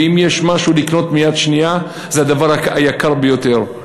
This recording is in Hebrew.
ואם יש משהו לקנות מיד שנייה, זה הדבר היקר ביותר.